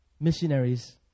missionaries